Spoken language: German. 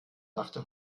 dachte